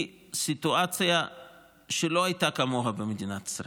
היא סיטואציה שלא הייתה כמוה במדינת ישראל.